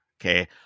Okay